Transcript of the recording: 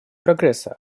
прогресса